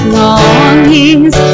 longings